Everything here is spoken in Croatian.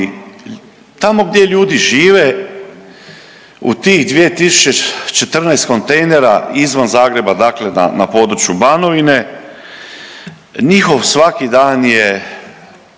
tamo gdje ljudi žive u tih 2.014 kontejnera izvan Zagreba dakle na području Banovine njihov svaki dan je